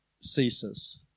ceases